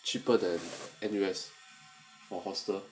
cheaper than N_U_S for hostel